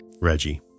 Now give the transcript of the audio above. Reggie